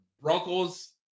Broncos